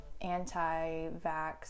anti-vax